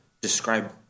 describe